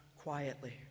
quietly